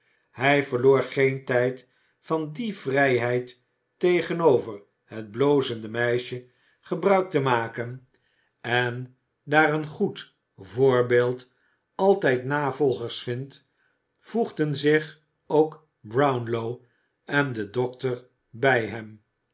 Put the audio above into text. hij verloor geen tijd van die vrijheid tegenover het blozende meisje gebruik te maken en daar een goed voorbeeld altijd navolgers vindt voegden zich ook brownlow en de doleter bij hem